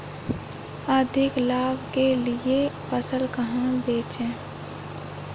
अधिक लाभ के लिए फसल कहाँ बेचें?